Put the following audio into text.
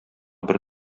бер